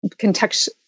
context